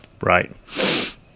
Right